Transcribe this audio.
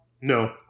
No